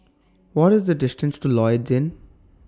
What IS The distance to Lloyds Inn